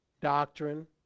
doctrine